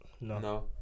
No